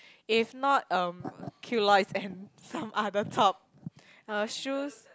if not um culottes and some other top uh shoes